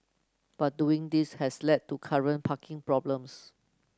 but doing this has led to current parking problems